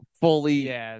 fully